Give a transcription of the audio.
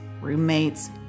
roommates